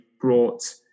brought